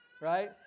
right